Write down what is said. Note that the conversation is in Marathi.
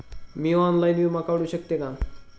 मी ऑनलाइन विमा काढू शकते का?